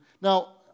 now